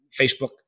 Facebook